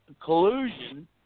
collusion